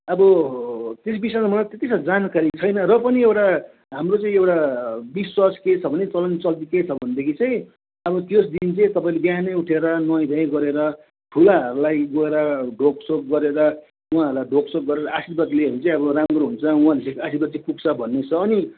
अब त्यस विषयमा मलाई त्यति साह्रो जानकारी छैन र पनि एउटा हाम्रो चाहिँ एउटा विश्वास के छ भने चलन चल्ती के छ भनेदेखि चाहिँ अब त्यो दिन चाहिँ तपाईँले बिहानै उठेर नुहाई धुवाई गरेर ठुलाहरूलाई गएर ढोगसोग गरेर उहाँहरूलाई ढोगसोग गरेर आशीर्वाद लियो भने चाहिँ अब राम्रो हुन्छ उहाँले दिएको आशिर्वाद चाहिँ पुग्छ भन्ने छ अनि